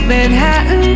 Manhattan